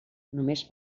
només